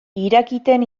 irakiten